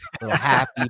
happy